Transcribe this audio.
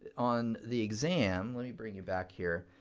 on the exam, let me bring you back here,